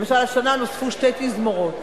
למשל השנה נוספו שתי תזמורות